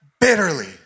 bitterly